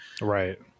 right